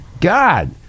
God